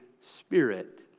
Spirit